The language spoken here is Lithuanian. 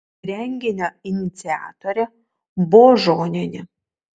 renginio iniciatorė božonienė